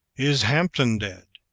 is hampden dead?